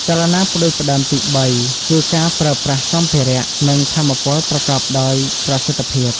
ចលនាផ្តួចផ្តើមទីបីគឺការប្រើប្រាស់សម្ភារៈ និងថាមពលប្រកបដោយប្រសិទ្ធភាព។